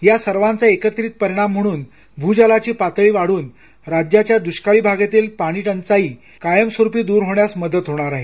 या सर्वांचा एकत्रित परिणाम म्हणून भूजलाची पातळी वाढून राज्याच्या दुष्काळी भागातील पाणी टंचाई कायम स्वरूपी दूर होण्यास मदत होणार आहे